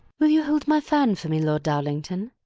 will you hold my fan for me, lord darlington?